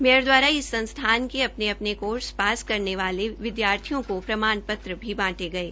mayor द्वारा इस संस्थान के अपने अपने कोर्स पास करने वाले विद्यार्थियों को प्रमाण पत्र भी बांटे गये